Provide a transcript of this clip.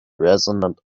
resonant